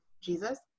Jesus